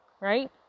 right